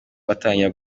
batangira